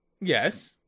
Yes